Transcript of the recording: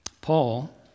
Paul